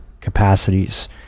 capacities